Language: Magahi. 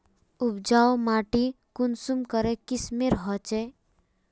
उपजाऊ माटी कुंसम करे किस्मेर होचए?